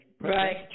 Right